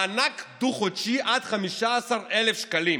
מענק דו-חודשי עד 15,000 שקלים,